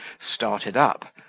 started up,